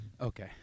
Okay